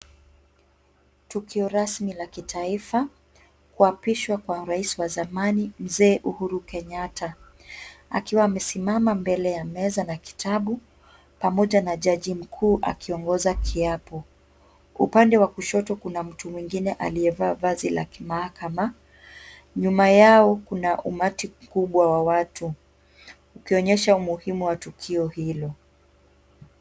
Tukio rasmi la kitaifa, kuapishwa kwa rais wa zamani mzee Uhuru Kenyatta akiwa amesimama mbele ya meza na kitabu pamoja na jaji mkuu akiongoza kiapo. Kwa upande wa kushoto kuna mtu mwingine aliyevaa vazi la kimahakama. Nyuma yao kuna umati mkubwa wa watu ukionyesha umuhimu wa tukio hilo.